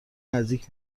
نزدیک